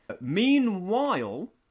Meanwhile